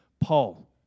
Paul